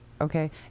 Okay